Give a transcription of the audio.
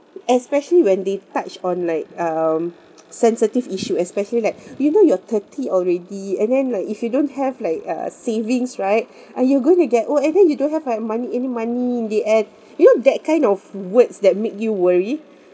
especially when they touched on like um sensitive issue especially like you know you're thirty already and then like if you don't have like uh savings right uh you're going to get old and then you don't have like money any money they add you know that kind of words that make you worry